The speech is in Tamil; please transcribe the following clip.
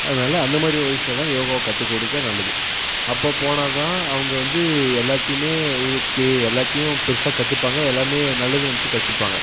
அதனால அந்த மாதிரி வயசில் தான் யோகா கற்று கொடுக்க நல்லது அப்போது போனால் தான் அவங்க வந்து எல்லாத்தையுமே ஓகே எல்லாத்தையும் பெருசாக கத்துப்பாங்க எல்லாமே நல்லதுன்னு நெனைச்சி கத்துப்பாங்க